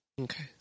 Okay